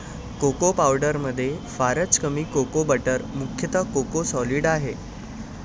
cocoa पावडरमध्ये फारच कमी कोको बटर मुख्यतः कोको सॉलिड आहे